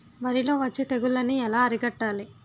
వరిలో వచ్చే తెగులని ఏలా అరికట్టాలి?